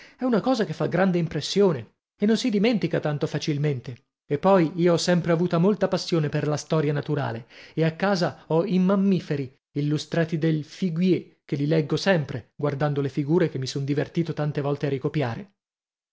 è una cosa che fa grande impressione e non si dimentica tanto facilmente e poi io ho sempre avuta molta passione per la storia naturale e a casa ho i mammiferi illustrati del figuier che li leggo sempre guardando le figure che mi son divertito tante volte a ricopiare